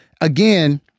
again